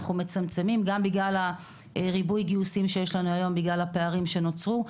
גם בגלל ריבוי הגיוסים שיש לנו היום בגלל הפערים שנוצרו,